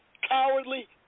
cowardly